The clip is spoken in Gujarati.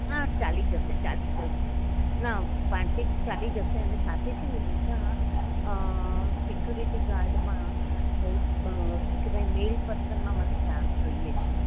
હા ચાલી જશે ચાલી જશે ના પાંચ એક ચાલી જશે અને સાથે છે ને બીજા સિક્યુરિટી ગાર્ડમાં શું કહેવાય મેલ પર્સનમાં મને ચાર જોઈએ છે